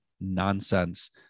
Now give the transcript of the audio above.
nonsense